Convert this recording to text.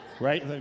right